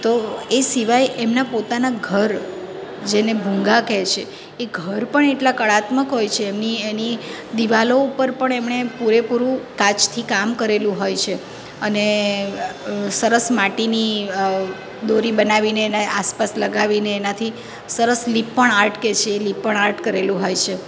તો એ સિવાય એમના પોતાના ઘર જેને ભૂંગા કહે છે એ ઘર પણ એટલા કળાત્મક હોય છે એમની એની દીવાલો ઉપર પણ એમણે પૂરેપૂરું કાચથી કામ કરેલું હોય છે અને સરસ માટીની દોરી બનાવીને એની આસપાસ લગાવીને એનાથી સરસ લીંપણ આર્ટ કે છે એ લીંપણ આર્ટ કરેલું હોય છે